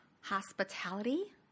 hospitality